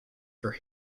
for